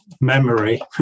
memory